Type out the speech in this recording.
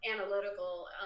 analytical